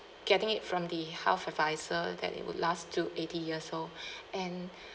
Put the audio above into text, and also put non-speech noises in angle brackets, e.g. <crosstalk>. getting it from the health advisor than it would last to eighty years old <breath> and